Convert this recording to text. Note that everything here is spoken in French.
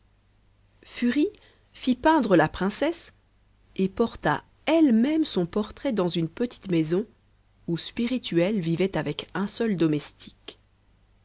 furie fit peindre la princesse et porta elle-même son portrait dans une petite maison où spirituel vivait avec un domestique